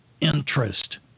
interest